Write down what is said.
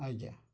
ଆଜ୍ଞା